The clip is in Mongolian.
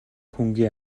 хүнгүй